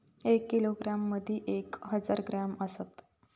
एक किलोग्रॅम मदि एक हजार ग्रॅम असात